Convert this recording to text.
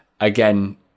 again